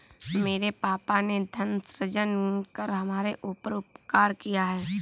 मेरे पापा ने धन सृजन कर हमारे ऊपर उपकार किया है